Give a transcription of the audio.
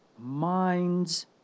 minds